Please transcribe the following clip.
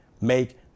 make